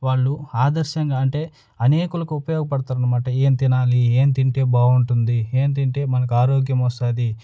వాళ్ళు ఆదర్శంగా అంటే అనేకులకు ఉపయోగపడుతుంది అనమాట ఏం తినాలి ఏం తింటే బాగుంటుంది ఏం తింటే మనకు ఆరోగ్యం వస్తుంది